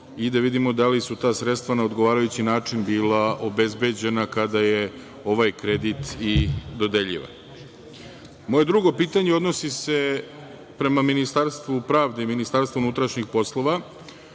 i da vidimo da li su ta sredstva na odgovarajući način bila obezbeđena kada je ovaj kredit i dodeljivan. **Đorđe Komlenski** Moje drugo pitanje odnosi se prema Ministarstvu pravde i Ministarstvu unutrašnjih poslova,